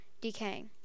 decaying